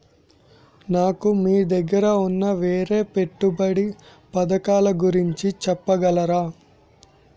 నాకు మీ దగ్గర ఉన్న వేరే పెట్టుబడి పథకాలుగురించి చెప్పగలరా?